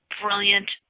brilliant